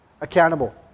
accountable